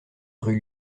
rue